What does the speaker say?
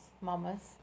mamas